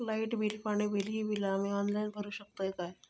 Light bill, पाणी bill, ही बिला आम्ही ऑनलाइन भरू शकतय का?